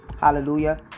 hallelujah